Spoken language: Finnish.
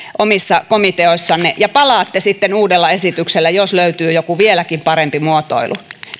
omissa komiteoissanne ja palaatte sitten uudella esityksellä jos löytyy joku vieläkin parempi muotoilu